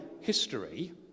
history